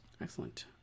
Excellent